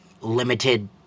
limited